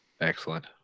Excellent